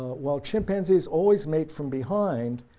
while chimpanzees always mate from behind,